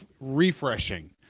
refreshing